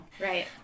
Right